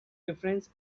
difference